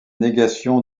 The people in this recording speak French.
négation